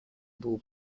было